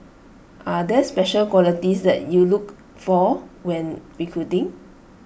are there special qualities that you look for when recruiting